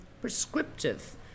prescriptive